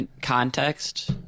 context